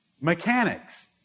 Mechanics